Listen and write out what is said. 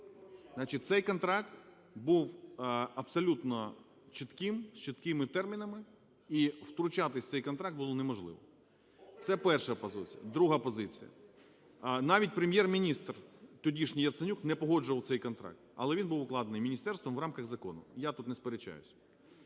Значить, цей контракт був абсолютно чітким, з чіткими термінами, і втручатися в цей контракт було неможливо. Це перша позиція. Друга позиція. Навіть Прем'єр-міністр тодішній Яценюк не погоджував цей контракт, але він був укладений міністерством у рамках закону, я тут не сперечаюсь.